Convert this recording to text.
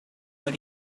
but